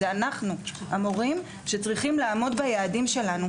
אנו המורים שצריכים לעמוד ביעדים שלנו.